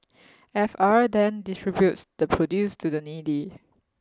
F R then distributes the produce to the needy